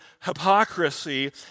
hypocrisy